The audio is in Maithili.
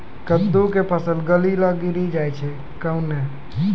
कददु के फल गली कऽ गिरी जाय छै कैने?